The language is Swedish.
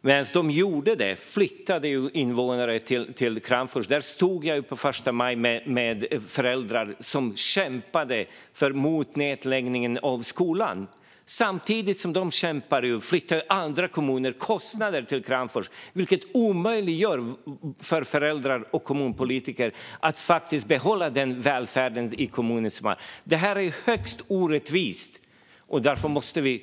Medan man gjorde detta flyttades invånare till Kramfors. Där stod jag på första maj med föräldrar som kämpade mot nedläggningen av en skola. Samtidigt som de kämpar flyttar andra kommuner kostnader till Kramfors, vilket omöjliggör för föräldrar och kommunpolitiker att behålla välfärden i kommunen. Detta är högst orättvist.